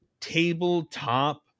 tabletop